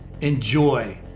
enjoy